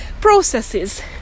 processes